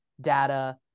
data